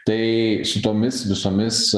tai su tomis visomis